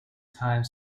time